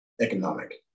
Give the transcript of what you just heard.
economic